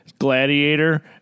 Gladiator